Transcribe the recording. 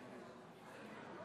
בעד אפרת רייטן מרום,